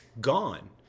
Gone